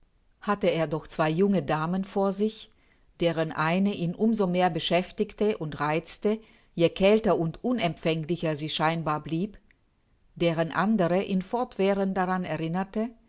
hatte er doch zwei junge damen vor sich deren eine ihn um so mehr beschäftigte und reizte je kälter und unempfänglicher sie scheinbar blieb deren andere ihn fortwährend daran erinnerte